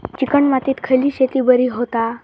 Chicken मातीत खयली शेती बरी होता?